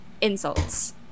insults